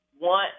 want